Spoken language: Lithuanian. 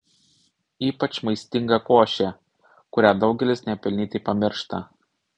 ypač maistinga košė kurią daugelis nepelnytai pamiršta